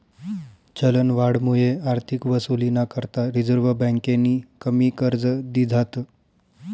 चलनवाढमुये आर्थिक वसुलीना करता रिझर्व्ह बँकेनी कमी कर्ज दिधात